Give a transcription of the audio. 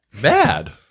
Bad